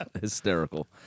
hysterical